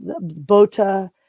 Bota